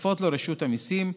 ושותפות לו רשות המיסים,